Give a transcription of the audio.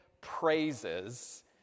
praises